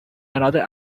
another